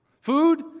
Food